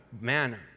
Man